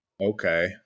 okay